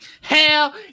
hell